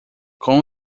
com